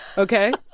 ok?